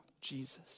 Jesus